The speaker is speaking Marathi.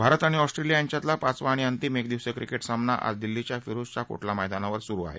भारत आणि ऑस्ट्रेलिया यांच्यातला पाचवा आणि अंतिम एक दिवसीय क्रिकेट सामना आज दिल्लीच्या फिरोजशाह कोटला मैदानावर सुरु आहे